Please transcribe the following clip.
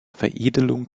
veredelung